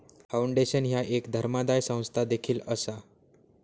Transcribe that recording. foundation ह्या एक धर्मादाय संस्था देखील असा